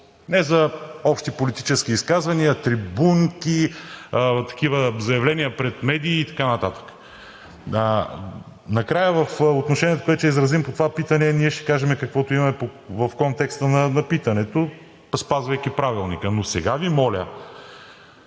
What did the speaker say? Не за общи политически изказвания, трибунки, заявления пред медии и така нататък. Накрая в отношението, което ще изразим по това питане, ние ще кажем каквото имаме в контекста на питането, спазвайки Правилника, но сега Ви моля